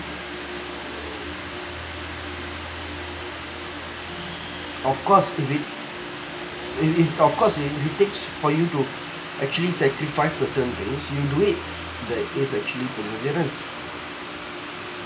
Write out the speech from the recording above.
of course if it if it of course it it takes for you to actually sacrifice certain things you do it that is actually perseverance